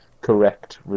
correct